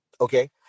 okay